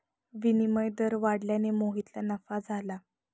विनिमय दर वाढल्याने मोहितला नफा झाला